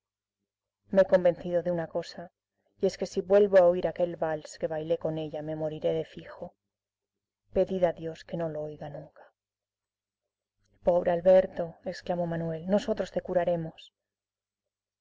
me he convencido de una cosa y es que si vuelvo a oír aquel vals que bailé con ella me moriré de fijo pedid a dios que no lo oiga nunca pobre alberto exclamó manuel nosotros te curaremos